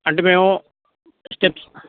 అంటే మేము స్టెప్స్